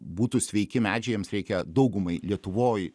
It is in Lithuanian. būtų sveiki medžiai jiems reikia daugumai lietuvoj